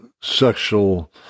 sexual